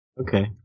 Okay